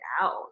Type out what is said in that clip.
out